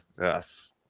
Yes